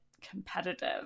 competitive